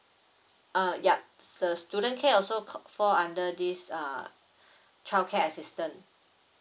uh ya the student care also fall under this uh childcare assistance